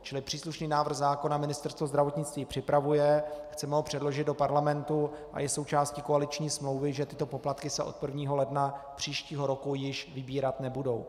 Čili příslušný návrh zákona Ministerstvo zdravotnictví připravuje, chceme ho předložit do parlamentu a je součástí koaliční smlouvy, že tyto poplatky se od 1. ledna příštího roku již vybírat nebudou.